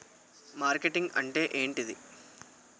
Marketing అంటే ఏంటిది?